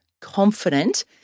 confident